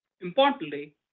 Importantly